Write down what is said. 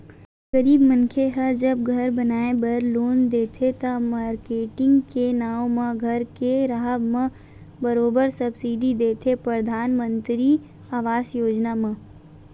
गरीब मनखे ह जब घर बनाए बर लोन देथे त, मारकेटिंग के नांव म घर के राहब म बरोबर सब्सिडी देथे परधानमंतरी आवास योजना म